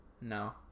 No